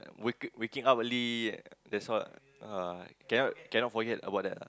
waking waking up early that's all uh cannot cannot forget about that ah